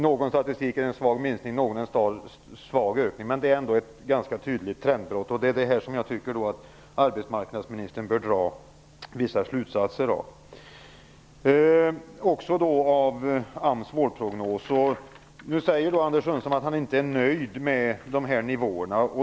Någon statistik visar en svag minskning, medan någon visar en svag ökning. Men de visar ett ganska tydligt trendbrott. Jag tycker att arbetsmarknadsministern bör dra vissa slutsatser av statistiken liksom av AMS Nu säger Anders Sundström att han inte är nöjd med nivåerna.